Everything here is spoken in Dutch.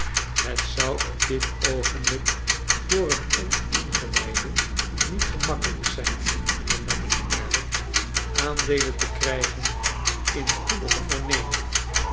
het zou op dit oogenblik voor een oningewijde niet gemakkelijk zijn hernam mijnheer merdle aandeelen te krijgen in goede ondernemingen